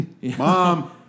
Mom